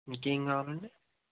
మీకేం కావాలండి